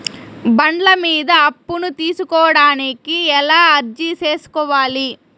బండ్ల మీద అప్పును తీసుకోడానికి ఎలా అర్జీ సేసుకోవాలి?